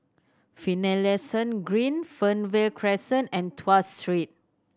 Finlayson Green Fernvale Crescent and Tuas Street